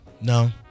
No